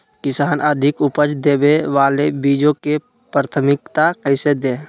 किसान अधिक उपज देवे वाले बीजों के प्राथमिकता कैसे दे?